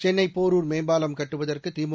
சென்னை போரூர் மேம்பாலம் கட்டுவதற்கு திமு